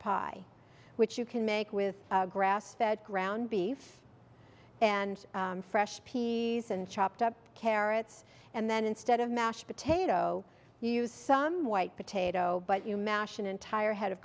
pie which you can make with grass fed ground beef and fresh peas and chopped up carrots and then instead of mashed potato you use some white potato but you mash an entire head